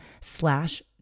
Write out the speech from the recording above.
slash